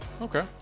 Okay